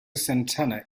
santana